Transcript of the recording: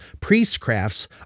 priestcrafts